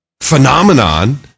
phenomenon